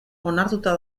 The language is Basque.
onartuta